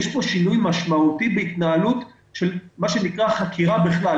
יש פה שינוי משמעותי בהתנהלות של החקירה בכלל,